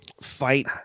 fight